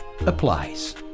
applies